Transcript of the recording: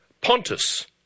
Pontus